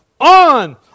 on